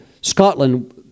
Scotland